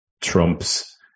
trumps